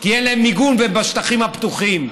כי אין להם מיגון בשטחים הפתוחים.